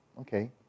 okay